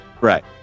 Right